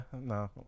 no